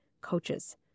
coaches